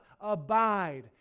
abide